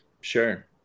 Sure